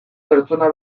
pertsona